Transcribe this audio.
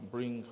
Bring